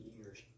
years